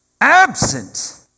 absent